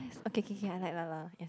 okay K K I like lah